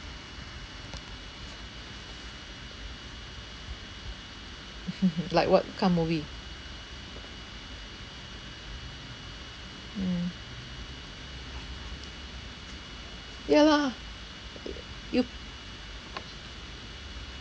like what kind of movie mm ya lah you